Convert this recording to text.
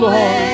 Lord